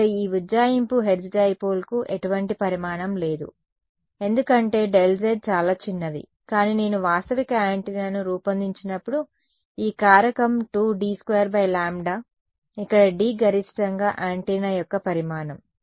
ఇక్కడ ఈ ఉజ్జాయింపు హెర్ట్జ్ డైపోల్కు ఎటువంటి పరిమాణం లేదు ఎందుకంటే Δz చాలా చిన్నది కానీ నేను వాస్తవిక యాంటెన్నాను రూపొందించినప్పుడు ఈ కారకం 2D2λ ఇక్కడ D గరిష్టంగా యాంటెన్నా యొక్క పరిమాణం